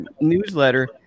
newsletter